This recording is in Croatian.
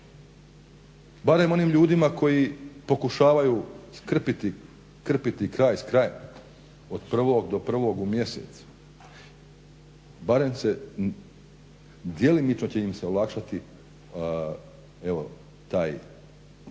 barem onim ljudima koji pokušavaju krpiti kraj s krajem od prvog do prvog u mjesecu, barem se djelomično će im se olakšati evo